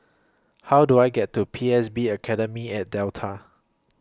How Do I get to P S B Academy At Delta